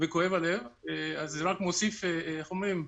וכואב הלב, זה רק מוסיף, איך אומרים?